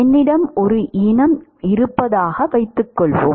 என்னிடம் ஒரு இனம் இருப்பதாக வைத்துக்கொள்வோம்